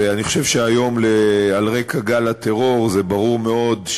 ואני חושב שהיום על רקע גל הטרור זה ברור מאוד,